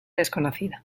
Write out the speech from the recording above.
desconocida